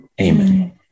Amen